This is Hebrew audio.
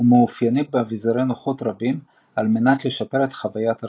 ומאופיינים באביזרי נוחות רבים על מנת לשפר את חוויית הרכיבה.